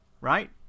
Right